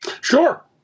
Sure